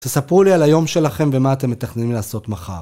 תספרו לי על היום שלכם ומה אתם מתכננים לעשות מחר.